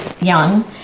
young